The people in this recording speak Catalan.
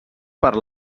per